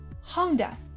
Honda